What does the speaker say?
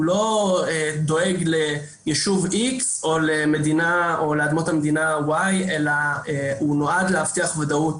הוא לא דואג לישוב X או לאדמות מדינה Y אלא הוא נועד להבטיח ודאות,